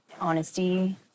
honesty